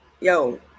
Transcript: Yo